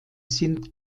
sind